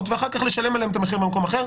ואחר כך לשלם עליהן את המחיר במקום אחר.